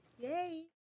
Yay